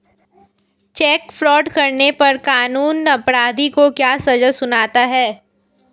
Check fraud करने पर कानून अपराधी को क्या सजा सुनाता है?